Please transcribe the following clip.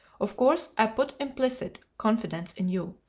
of course, i put implicit confidence in you,